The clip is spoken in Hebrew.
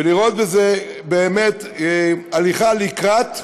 ולראות בזה באמת הליכה לקראת,